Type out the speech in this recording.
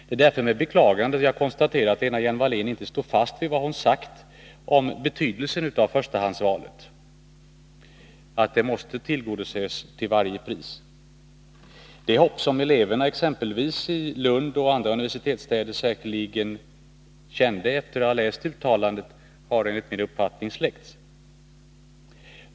Det är därför med beklagande jag konstaterar att Lena Hjelm-Wallén inte står fast vid vad hon har sagt om betydelsen av förstahandsvalet — att det måste tillgodoses till varje pris. Det hopp som eleverna i exempelvis Lund och andra universitetsstäder säkerligen kände efter att ha läst uttalandet har enligt min mening släckts.